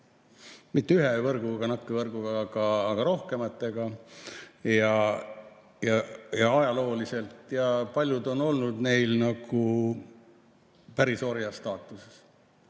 mitte ühe võrguga, nakkevõrguga, vaid rohkematega, ajalooliselt. Paljud on olnud neil nagu pärisorja staatuses.